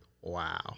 wow